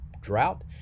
drought